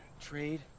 Trade